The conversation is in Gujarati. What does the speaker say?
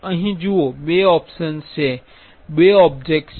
અહીં જુઓ બે ઓપ્શન્સ છે બે ઓબ્જેક્ટ્સ છે